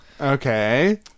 Okay